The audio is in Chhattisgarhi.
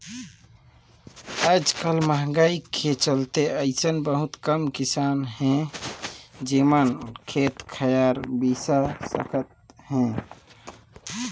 आयज कायल मंहगाई के चलते अइसन बहुत कम किसान हे जेमन खेत खार बिसा सकत हे